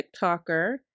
TikToker